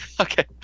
Okay